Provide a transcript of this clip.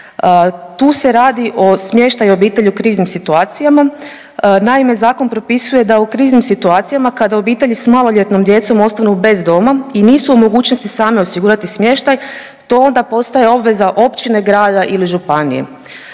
Tu se radi o smještaju obitelji u kriznim situacijama. Naime, zakon propisuje da u kriznim situacijama kada obitelji s maloljetnom djecom ostanu bez doma i nisu u mogućnosti sami osigurati smještaj to onda postaje obveza općine, grada ili županije.